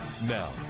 Now